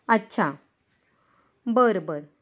अच्छा बरं बर